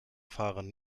fahren